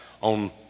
on